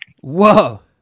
Whoa